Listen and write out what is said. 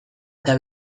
eta